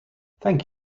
thank